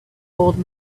old